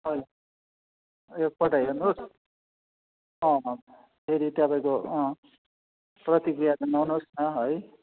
एकपल्ट हेर्नुहोस् अँ फेरि तपाईँको अँ प्रतिक्रिया जनाउनुहोस् न है